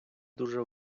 дуже